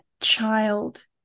child